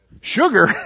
Sugar